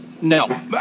No